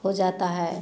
हो जाता है